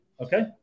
Okay